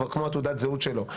כבר כמו תעודת הזהות שלו,